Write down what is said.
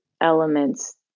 elements